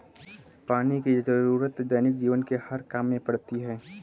पानी की जरुरत दैनिक जीवन के हर काम में पड़ती है